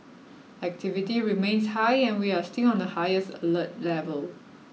activity remains high and we are still on the highest alert level